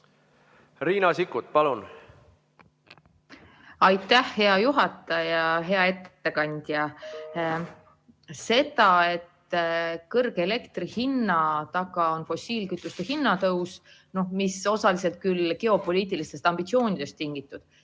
(Kaugühendus) Aitäh, hea juhataja! Hea ettekandja! See, et kõrge elektrihinna taga on fossiilkütuste hinna tõus, mis on osaliselt küll geopoliitilistest ambitsioonidest tingitud,